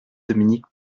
dominique